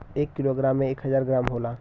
एक kilogram में एक हजार ग्राम होला